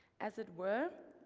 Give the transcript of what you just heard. as it were,